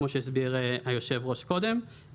כמו שהסביר היושב-ראש קודם,